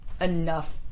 enough